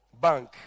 bank